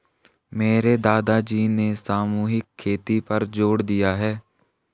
मेरे दादाजी ने सामूहिक खेती पर जोर दिया है